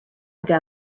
ago